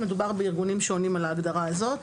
מדובר בארגונים שעונים על ההגדרה הזאת.